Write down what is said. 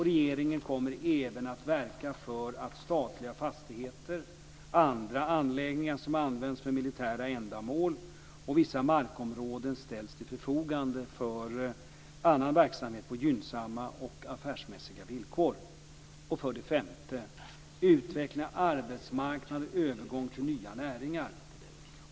Regeringen kommer även att verka för att statliga fastigheter, andra anläggningar som används för militära ändamål och vissa markområden ställs till förfogande för annan verksamhet på gynnsamma och affärsmässiga villkor.